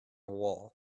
wall